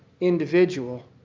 individual